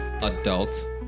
adult